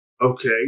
Okay